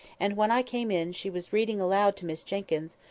and when i came in she was reading aloud to miss jenkyns,